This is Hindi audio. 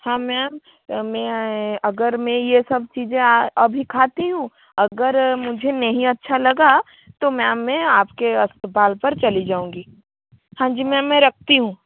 हाँ मैम मैं आई अगर मैं ये सब चीज़े अभी खाती हूँ अगर मुझे नहीं अच्छा लगा तो मैम मैं आपके अस्पपाल पर चली जाऊँगी हाँ जी मैम मैं रखती हूँ